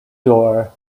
door